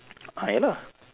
ah ya lah